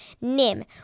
Nim